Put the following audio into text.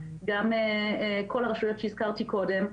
גם כל הרשויות שהזכרתי קודם,